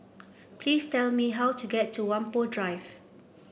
please tell me how to get to Whampoa Drive